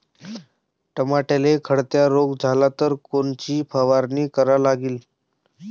टमाट्याले लखड्या रोग झाला तर कोनची फवारणी करा लागीन?